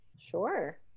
sure